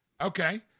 Okay